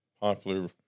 popular